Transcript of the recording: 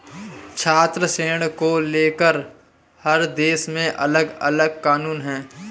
छात्र ऋण को लेकर हर देश में अलगअलग कानून है